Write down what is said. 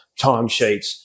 timesheets